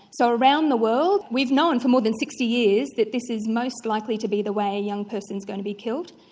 so around the world we've known for more than sixty years that this is most likely to be the way a young person is going to be killed,